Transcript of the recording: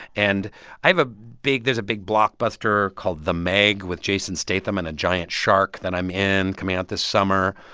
and i have a big there's a big blockbuster called the meg with jason statham and a giant shark that i'm in, coming out this summer.